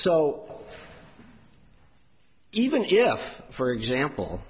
so even if for example